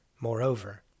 Moreover